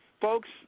Folks